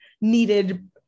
needed